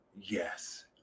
yes